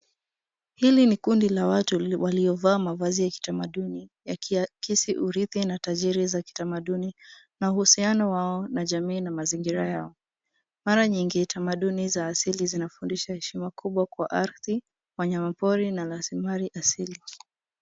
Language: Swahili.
Hili ni kundi la watu waliovaa mavazi ya kitamaduni yakiakisi urithi na tajiri za kitamaduni na uhusiano wao na jamii na mazingira yao. Mara nyingi tamaduni za asili zinafundisha heshima kubwa kwa ardhi, wanyama pori na rasilimali asili